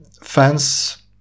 fans